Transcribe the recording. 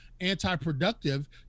anti-productive